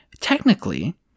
Technically